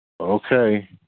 Okay